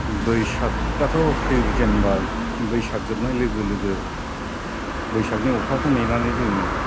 बैसागआथ' फैजेनबाय बैसाग जोबनाय लोगो लोगो बैसागनि अखाखौ नेनानै जोङो